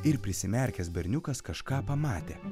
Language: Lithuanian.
ir prisimerkęs berniukas kažką pamatė